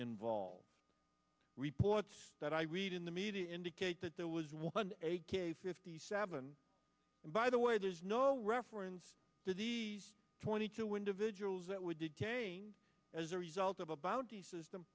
involved reports that i read in the media indicate that there was one hundred fifty seven and by the way there's no reference disease twenty two individuals that were detained as a result of a bounty system